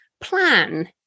plan